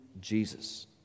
Jesus